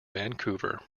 vancouver